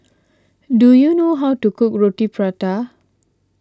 do you know how to cook Roti Prata